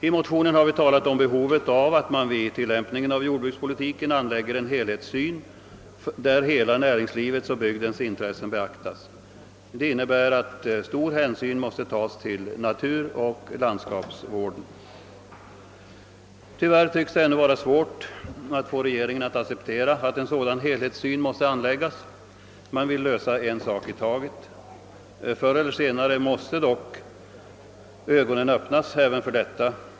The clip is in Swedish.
I motionerna har vi omnämnt behovet av att man vid tillämpningen av jordbrukspolitiken anlägger en helhetssyn, där näringslivets och bygdens samtliga intressen beaktas. Det innebär att stor hänsyn måste tas till naturoch landskapsvården. Tyvärr tycks det ännu vara svårt att få regeringen att acceptera att en så dan helhetssyn måste anläggas. Man vill lösa en fråga i taget. Förr eller senare måste dock ögonen öppnas även för detta.